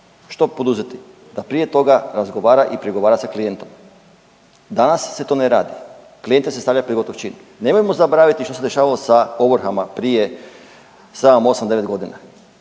Što poduzeti? Da prije toga razgovara i pregovara sa klijentom. Danas se to ne radi, klijente se stavlja pred gotov čin. Nemojmo zaboraviti što se dešavalo sa ovrhama prije 7,8,9 godina